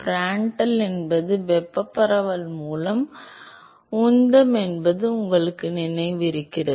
Prandtl என்பது வெப்பப் பரவல் மூலம் உந்தம் என்பது உங்களுக்கு நினைவிருக்கிறது